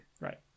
right